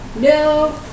No